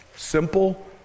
Simple